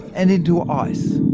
and into ice